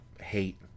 hate